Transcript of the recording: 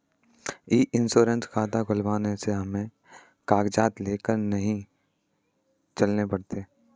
ई insurance खाता खुलवाने से हमें कागजात लेकर नहीं चलने पड़ते